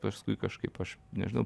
paskui kažkaip aš nežinau